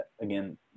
again